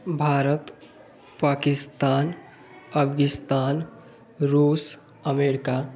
भारत पाकिस्तान स्तान रूस अमेरिका